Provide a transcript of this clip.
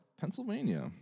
Pennsylvania